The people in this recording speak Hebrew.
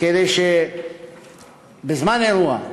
כדי שבזמן אירוע,